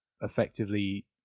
effectively